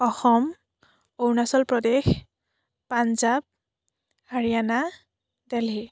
Assam Arunachal Pradesh Punjab Haryana Delhi